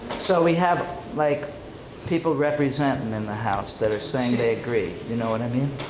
so we have like people representing in the house that are saying they agree, you know what i mean?